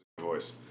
voice